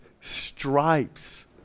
stripes